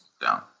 down